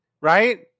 right